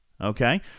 okay